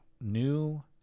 New